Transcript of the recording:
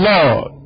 Lord